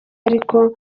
ariko